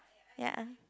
ya